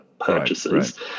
purchases